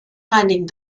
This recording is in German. reinigen